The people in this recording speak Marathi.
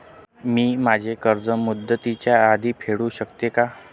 मी माझे कर्ज मुदतीच्या आधी फेडू शकते का?